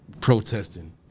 protesting